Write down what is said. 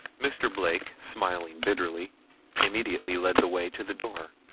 mr. blake smiling bitterly immediately led the way to the door.